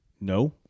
No